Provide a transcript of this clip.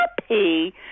happy